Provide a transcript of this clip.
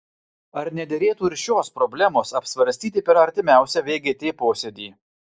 ar nederėtų ir šios problemos apsvarstyti per artimiausią vgt posėdį